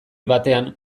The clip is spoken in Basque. batean